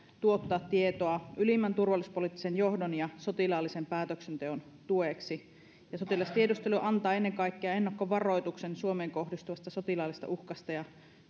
tuottaa tietoa ylimmän turvallisuuspoliittisen johdon ja sotilaallisen päätöksenteon tueksi sotilastiedustelu antaa ennen kaikkea ennakkovaroituksen suomeen kohdistuvasta sotilaallisesta uhkasta ja